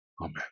Amen